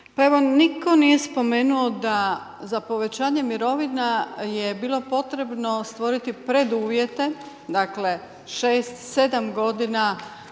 ministre, nitko nije spomenuo, da za povećanje mirovina je bilo potrebno stvoriti preduvjete dakle, 6, 7 g.